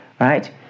right